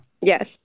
Yes